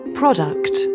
product